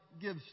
gives